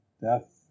death